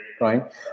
right